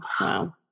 Wow